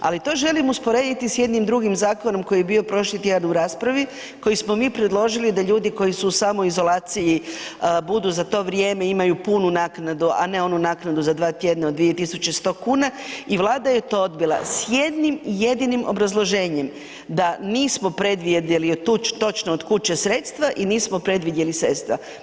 Ali, to želim usporediti s jednim drugim zakonom koji je bio prošli tjedan u raspravi, koji smo mi predložili da ljudi koji su u samoizolaciji budu za to vrijeme, imaju punu naknadu, a ne onu naknadu za 2 tjedna od 2100 kuna i Vlada je to odbila s jednim jedinim obrazloženjem, da nismo predvidjeli točno od kud će sredstva i nismo predvidjeli sredstva.